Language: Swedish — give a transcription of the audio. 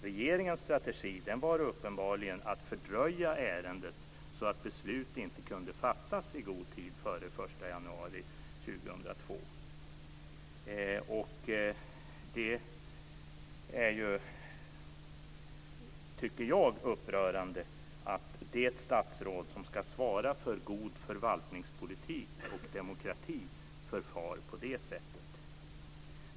Regeringens strategi var uppenbarligen att fördröja ärendet så att beslut inte kunde fattas i god tid före 1 januari 2002. Det är, tycker jag, upprörande att det statsråd som ska svara för god förvaltningspolitik och demokrati förfar på det sättet.